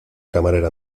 camarera